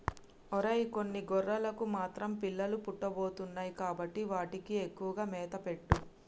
ఒరై కొన్ని గొర్రెలకు మాత్రం పిల్లలు పుట్టబోతున్నాయి కాబట్టి వాటికి ఎక్కువగా మేత పెట్టు